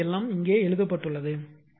எனவே இது எல்லாம் இங்கே எழுதப்பட்டுள்ளது